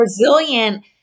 Resilient